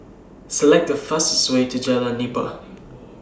Select The fastest Way to Jalan Nipah